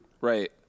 Right